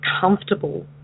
comfortable